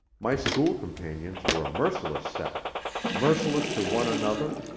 my school companions were a merciless set merciless to one another,